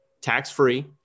tax-free